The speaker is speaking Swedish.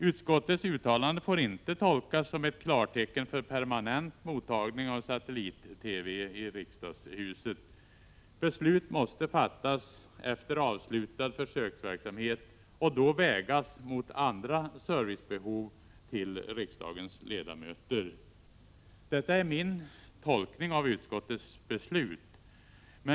Utskottets uttalande får inte tolkas som ett klartecken för permanent mottagning av satellit-TV i riksdagshuset. Beslut måste fattas efter avslutad försöksverksamhet och vägas mot andra servicebehov till riksdagens ledamöter. Detta är min tolkning av utskottets beslut.